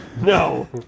No